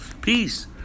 Peace